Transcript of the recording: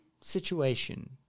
situation